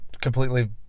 completely